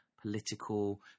political